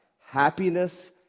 happiness